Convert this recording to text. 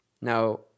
Now